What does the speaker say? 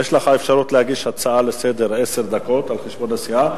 יש לך אפשרות להגיש הצעה לסדר-היום על חשבון הסיעה,